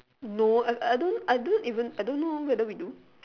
no I I don't I don't even I don't know whether we do